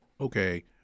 okay